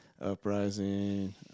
Uprising